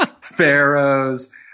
pharaohs